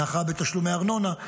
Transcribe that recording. הנחה בתשלומי הארנונה,